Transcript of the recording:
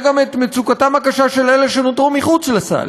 גם את מצוקתם הקשה של אלה שנותרו מחוץ לסל.